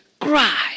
cry